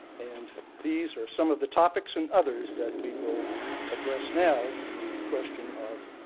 and these are some of the topics and others that we will address now in the question of,